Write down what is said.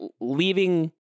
Leaving